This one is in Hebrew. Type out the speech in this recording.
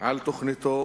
על תוכניתו